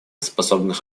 способных